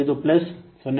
65 plus 0